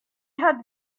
had